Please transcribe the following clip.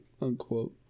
unquote